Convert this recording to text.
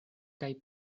kaj